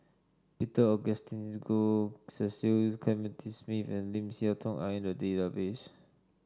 Peter Augustine Goh Cecil Clementi Smith and Lim Siah Tong are in the database